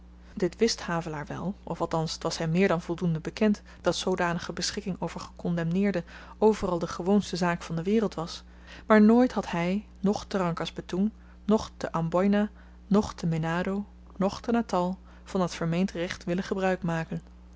dit wist havelaar wel of althans t was hem meer dan voldoende bekend dat zoodanige beschikking over gekondemneerden overal de gewoonste zaak van de wereld was maar nooit had hy noch te rangkas betoeng noch te amboina noch te menado noch te natal van dat vermeend recht willen gebruik maken